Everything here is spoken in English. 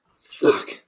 Fuck